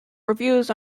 reviews